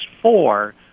four